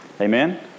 Amen